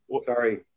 sorry